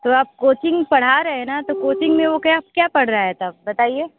तो आप कोचिंग पढ़ा रहे है ना तो कोचिंग में वो क्या क्या पढ़ रहा है तब बताइए